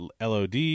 LOD